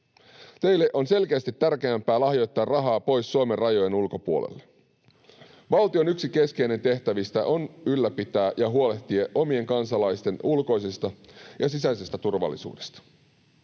Teille on selkeästi tärkeämpää lahjoittaa rahaa pois Suomen rajojen ulkopuolelle. Valtion yksi keskeinen tehtävä on huolehtia omien kansalaisten ulkoisesta ja sisäisestä turvallisuudesta.